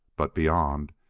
but, beyond,